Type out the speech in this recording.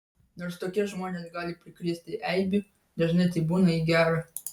nors tokie žmonės gali prikrėsti eibių dažnai tai būna į gera